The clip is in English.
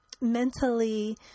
mentally